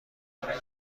برای